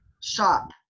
shop